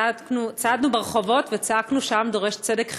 צעדנו ברחובות וצעקנו שהעם דורש צדק חברתי.